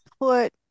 put